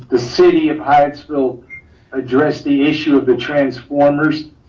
the city of hyattsville address the issue of the transformers.